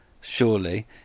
surely